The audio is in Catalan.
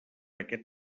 aquest